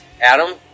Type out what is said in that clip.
Adam